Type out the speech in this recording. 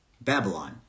Babylon